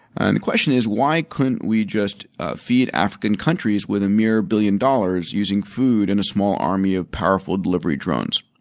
and the question is, why couldn't we just feed african countries with a mere billion dollars using food and a small army of powerful delivery drones.